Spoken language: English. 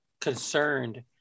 concerned